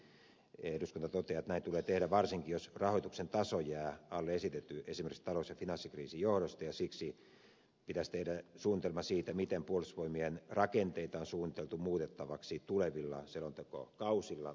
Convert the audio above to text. eduskunta toteaa että näin tulee tehdä varsinkin jos rahoituksen taso jää alle esitetyn esimerkiksi talous ja finanssikriisin johdosta ja siksi pitäisi tehdä suunnitelma siitä miten puolustusvoimien rakenteita on suunniteltu muutettavaksi tulevilla selontekokausilla